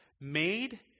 made